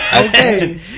Okay